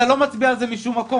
אתה לא מצביע על זה משום מקום,